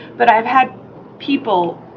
but i've had people,